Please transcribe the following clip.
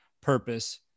purpose